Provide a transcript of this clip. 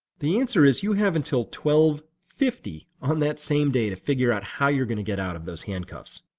the answer is you have until twelve fifty pm on that same day to figure out how you are going to get out of those handcuffs.